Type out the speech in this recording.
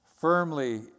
firmly